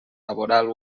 laboral